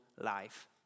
life